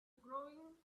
growing